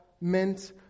meant